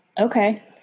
okay